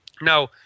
Now